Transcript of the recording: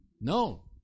No